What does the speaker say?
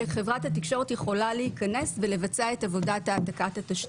שחברת התקשורת יכולה להיכנס ולבצע את עבודת העתקת התשתית.